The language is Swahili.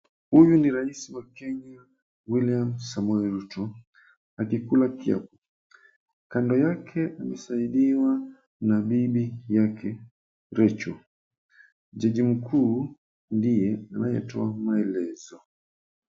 Huyu ni Rais wa Kenya William Samoei Ruto akikula kiapo. Kando yake amesaidiwa na bibi yake Rachel. Jaji mkuu ndiye anayetoa maelezo.